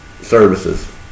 services